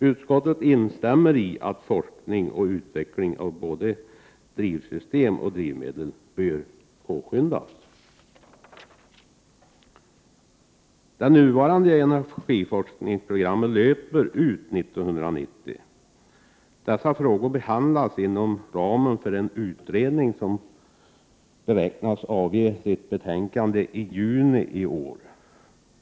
Utskottet instämmer i kravet att forskning och utveckling av både drivsystem och drivmedel bör påskyndas. Det nuvarande energiforskningsprogrammet löper ut 1990. Dessa frågor behandlas inom ramen för en utredning, som beräknar avge sitt betänkande i juni i år.